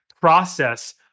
process